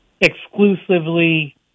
exclusively